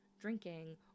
drinking